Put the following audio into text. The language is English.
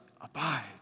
Abide